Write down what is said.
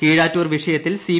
കീഴാര്യൂർ വിഷയത്തിൽ സി